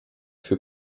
für